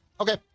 okay